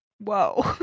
whoa